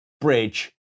bridge